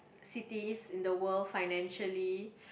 cities in the world financially